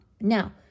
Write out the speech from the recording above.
Now